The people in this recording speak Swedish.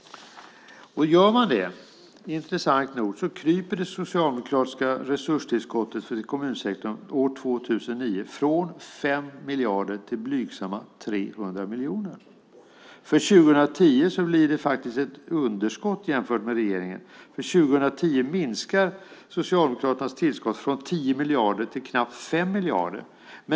Om man gör det krymper det socialdemokratiska resurstillskottet för kommunsektorn, intressant nog, år 2009 från 5 miljarder till blygsamma 300 miljoner. För 2010 blir det faktiskt ett underskott jämfört med regeringen. Då minskar Socialdemokraternas tillskott från 10 miljarder till knappt 5 miljarder.